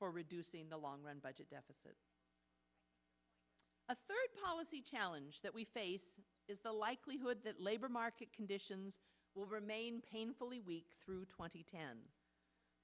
for reducing the long run budget deficit a third policy challenge that we face is the likelihood that labor market conditions will remain painfully weak through twenty ten